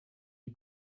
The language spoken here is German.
die